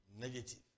negative